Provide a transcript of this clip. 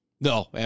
No